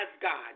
God